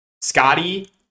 Scotty